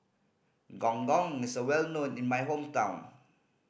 Gong Gong is well known in my hometown